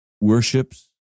worships